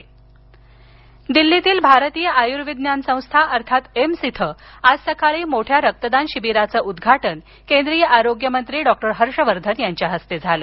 हर्षवर्धन दिल्लीतील भारतीय आयुर्विज्ञान संस्था अर्थात एम्स इथं आज सकाळी मोठ्या रक्तदान शिबिराचं उद्घाटन केंद्रीय आरोग्यमंत्री डॉक्टर हर्षवर्धन यांच्या हस्ते झालं